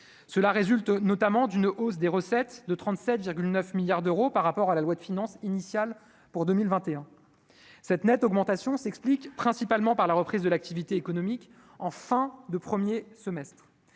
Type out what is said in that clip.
cela résulte notamment d'une hausse des recettes de 37,9 milliards d'euros par rapport à la loi de finances initiale pour 2021 cette nette augmentation s'explique principalement par la reprise de l'activité économique en fin de 1er semestre,